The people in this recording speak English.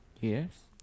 yes